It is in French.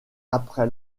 après